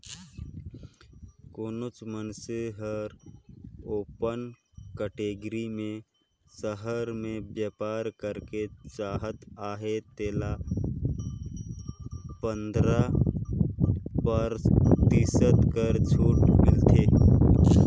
कोनो मइनसे हर ओपन कटेगरी में सहर में बयपार करेक चाहत अहे तेला पंदरा परतिसत तक छूट मिलथे